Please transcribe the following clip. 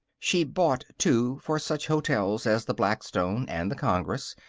she bought, too, for such hotels as the blackstone and the congress,